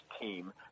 team